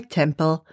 temple